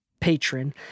patron